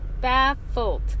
baffled